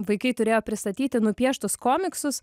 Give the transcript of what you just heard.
vaikai turėjo pristatyti nupieštus komiksus